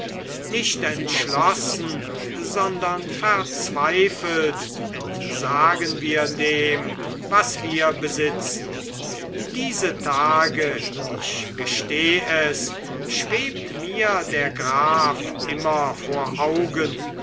nicht entschlossen sondern verzweifelt entsagen wir dem was wir besitzen diese tage ich gesteh es schwebt mir der graf immer vor augen